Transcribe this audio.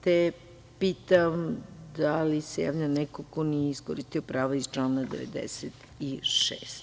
te pitam da li se javlja neko ko nije iskoristio pravo iz člana 96.